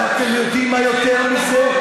ואתם יודעים מה יותר מזה?